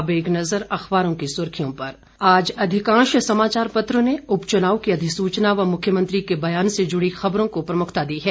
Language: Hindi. अब एक नजर अखबारों की सुर्खियों पर आज अधिकांश समाचार पत्रों ने उपचुनाव की अधिसूचना व मुख्यमंत्री के बयान से जुड़ी खबरों को प्रमुखता दी है